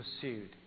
pursued